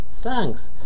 Thanks